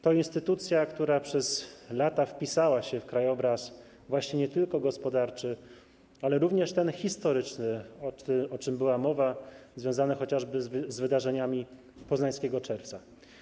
To instytucja, która przez lata wpisywała się w krajobraz nie tylko gospodarczy, ale również ten historyczny, o czym była mowa, związany chociażby z wydarzeniami poznańskiego Czerwca.